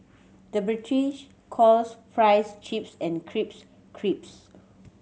the British calls fries chips and crisps crisps